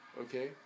okay